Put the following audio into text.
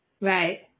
Right